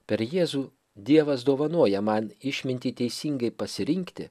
per jėzų dievas dovanoja man išmintį teisingai pasirinkti